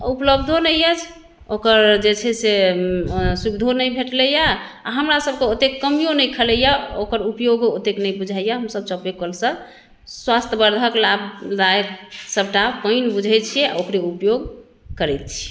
उपलब्धो नहि अछि ओकर जे छै से सुविधो नहि भेटलैए आओर हमरा सभके ओतेक कमियो नहि खलैए ओकर उपयोगो ओतेक नहि बुझाइए हम सभ चापे कलसँ स्वास्थ्यवर्धक लाभदायक सभटा पानि बुझै छियै आओर ओकरे उपयोग करै छी